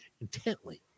intently